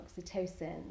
oxytocin